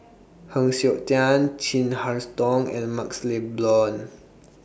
Heng Siok Tian Chin Harn's Tong and MaxLe Blond